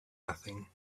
nothing